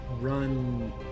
run